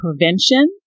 prevention